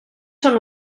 són